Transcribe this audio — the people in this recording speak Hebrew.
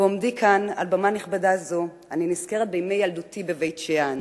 בעומדי כאן על במה נכבדה זו אני נזכרת בימי ילדותי בבית-שאן,